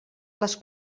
les